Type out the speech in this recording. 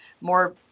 more